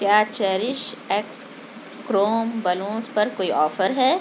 کیا چیریش ایکس کروم بلونس پر کوئی آفر ہے